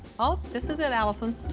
oh, this is it, allisyn.